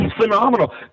phenomenal